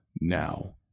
now